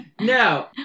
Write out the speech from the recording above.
no